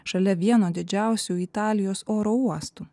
šalia vieno didžiausių italijos oro uostų